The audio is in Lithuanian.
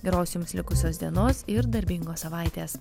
geros jums likusios dienos ir darbingos savaitės